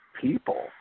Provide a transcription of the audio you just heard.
people